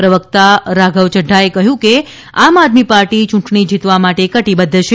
પ્રવક્તા રાધવ ચદ્વાએ કહ્યું કે આમ આદમી પાર્ટી ચૂંટણી જીતવા માટે કટીબદ્ધ છે